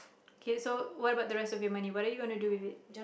okay so what about the rest your money what are you gonna do with it